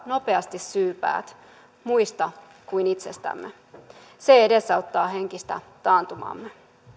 nopeasti syypäät muista kuin itsestämme se edesauttaa henkistä taantumaamme